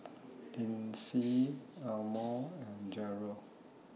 Lyndsey Elmore and Jerrold